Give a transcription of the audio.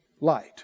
light